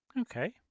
Okay